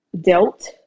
dealt